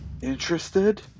interested